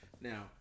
now